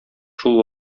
шул